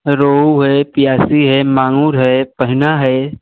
रोहू है प्यासी है मांगूर है पहिना है